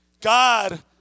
God